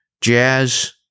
jazz